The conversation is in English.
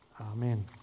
Amen